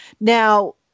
now